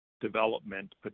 development